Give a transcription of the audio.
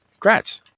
grats